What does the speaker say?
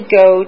go